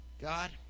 God